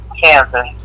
Kansas